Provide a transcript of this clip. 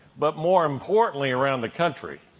but more importantly around the country.